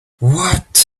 what